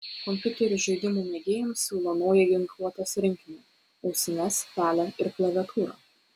kompiuterių žaidimų mėgėjams siūlo naują ginkluotės rinkinį ausines pelę ir klaviatūrą